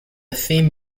theme